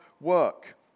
work